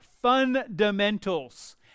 fundamentals